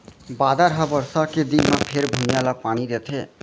बादर ह बरसा के दिन म फेर भुइंया ल पानी देथे